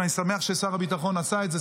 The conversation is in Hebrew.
ואני שמח ששר הביטחון עשה את זה,